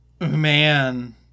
Man